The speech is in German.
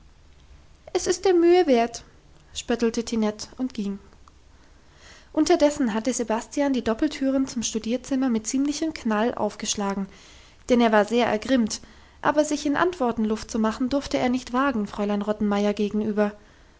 es ist der mühe wert spöttelte tinette und ging unterdessen hatte sebastian die doppeltüren zum studierzimmer mit ziemlichem knall aufgeschlagen denn er war sehr ergrimmt aber sich in antworten luft zu machen durfte er nicht wagen fräulein rottenmeier gegenüber